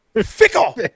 Fickle